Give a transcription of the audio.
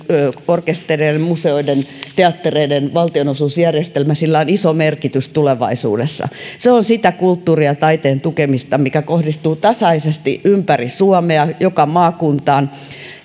orkestereiden museoiden ja teattereiden valtionosuusjärjestelmä on iso merkitys tulevaisuudessa se on sitä kulttuurin ja taiteen tukemista mikä kohdistuu tasaisesti ympäri suomea joka maakuntaan